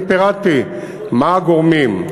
פירטתי מה הגורמים,